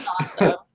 awesome